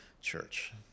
church